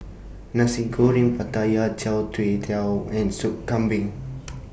Nasi Goreng Pattaya Chai Tow Kuay and Sop Kambing